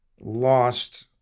lost